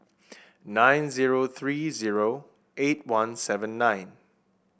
nine zero three zero eight one seven nine